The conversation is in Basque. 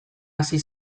hasi